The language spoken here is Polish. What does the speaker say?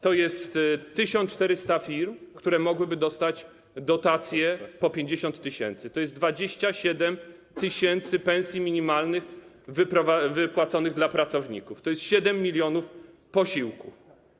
To jest 1400 firm, które mogłyby dostać dotację po 50 tys., to jest 27 tys. pensji minimalnych wypłaconych pracownikom, to jest 7 mln posiłków.